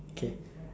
okay